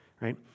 right